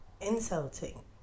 insulting